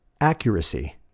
Accuracy